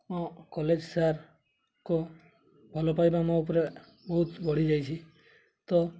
ମୋ କଲେଜ୍ ସାର୍ଙ୍କ ଭଲପାଇବା ମୋ ଉପରେ ବହୁତ ବଢ଼ି ଯାଇଛି ତ